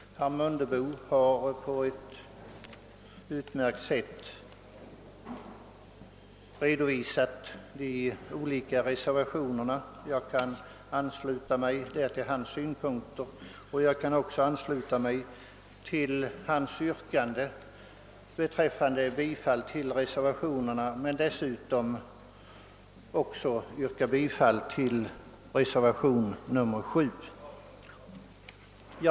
Herr Mundebo har på ett utmärkt sätt redovisat de olika reservationerna, och jag kan ansluta mig till hans synpunkter liksom till hans yrkande beträffande bifall till reservationerna. Därutöver yrkar jag bifall till reservationen 7.